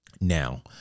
now